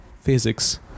physics